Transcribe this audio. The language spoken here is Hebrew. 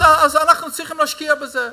אז אנחנו צריכים להשקיע בזה,